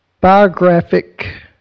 biographic